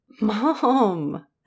Mom